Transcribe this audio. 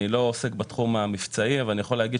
אני לא עוסק בתחום המבצעי אבל אני יכול להגיד